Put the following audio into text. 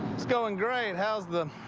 it's going great. how's the.